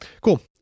cool